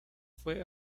fue